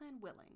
willing